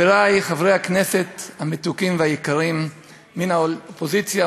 מס' 4459, 4498, 4505, 4518, 4519 ו-4520.